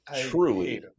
truly